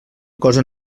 cosa